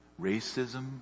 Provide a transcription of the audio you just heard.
racism